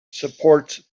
supports